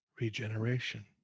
Regeneration